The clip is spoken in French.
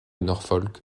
norfolk